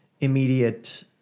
immediate